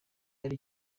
byari